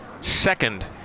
second